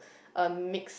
a mixed